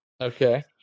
Okay